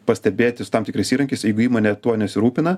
pastebėti su tam tikrais įrankiais jeigu įmonė tuo nesirūpina